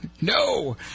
No